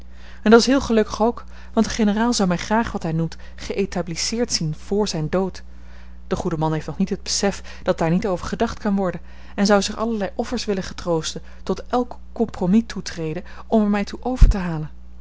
en dat is heel gelukkig ook want de generaal zou mij graag wat hij noemt geëtablisseerd zien vr zijn dood de goede man heeft nog niet het besef dat daar niet over gedacht kan worden en zou zich allerlei offers willen getroosten tot elk compromis toetreden om er mij toe over te halen